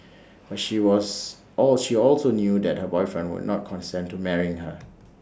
but she was all she also knew that her boyfriend would not consent to marrying her